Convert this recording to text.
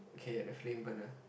K the flame burner